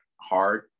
hard